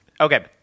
Okay